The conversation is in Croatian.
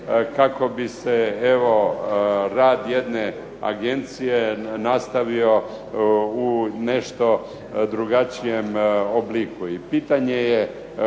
kako bi se rad jedne agencije nastavio u nešto drugačijem obliku.